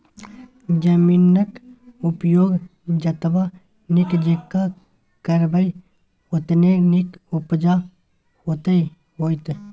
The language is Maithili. जमीनक उपयोग जतबा नीक जेंका करबै ओतने नीक उपजा होएत